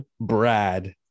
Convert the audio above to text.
Brad